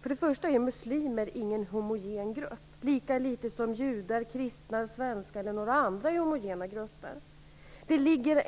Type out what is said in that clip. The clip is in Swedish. För det första är muslimer ingen homogen grupp - lika litet som judar, kristna, svenskar eller några andra är homogena grupper. Det finns